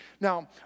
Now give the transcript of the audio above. Now